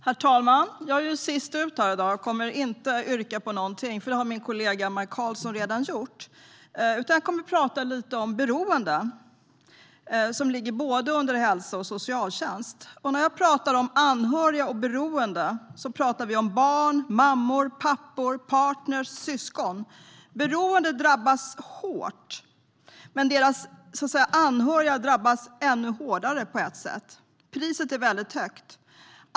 Herr talman! Jag är sist ut här i dag och kommer inte att yrka på något, för det har min kollega Maj Karlsson redan gjort. Jag ska tala lite om beroende. Det är något som berör både hälsovård och socialtjänst. När vi talar om anhöriga och beroende talar vi om barn, mammor, pappor, partner och syskon. Den som är beroende drabbas hårt, men de som är anhöriga drabbas på sätt och vis ännu värre. Priset är högt.